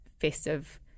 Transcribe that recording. festive